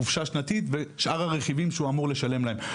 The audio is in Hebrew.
חופשה שנתית ושאר הרכיבים שהוא אמור לשלם להם.